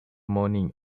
morning